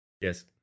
Yes